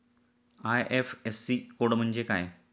IFSC code म्हणजे काय?